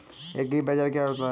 एग्रीबाजार क्या होता है?